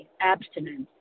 abstinence